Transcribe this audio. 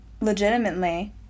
legitimately